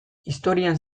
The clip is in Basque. historian